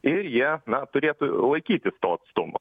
ir jie na turėtų laikytis to atstumo